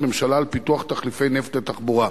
ממשלה על פיתוח תחליפי נפט לתחבורה.